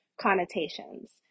connotations